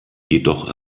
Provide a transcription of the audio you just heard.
jedoch